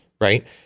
right